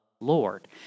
Lord